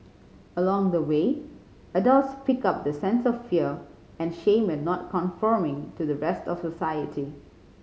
along the way adults pick up the sense of fear and shame at not conforming to the rest of society